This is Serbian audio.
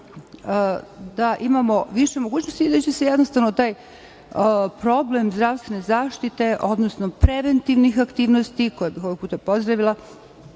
da imamo više mogućnosti i da će se taj problem zdravstvene zaštite, odnosno preventivnih aktivnosti, koje bih ovog puta pozdravila,